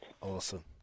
Awesome